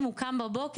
הוא קם בבוקר,